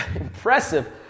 impressive